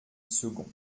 second